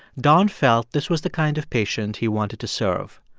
don felt this was the kind of patient he wanted to serve.